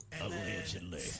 Allegedly